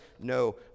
no